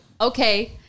okay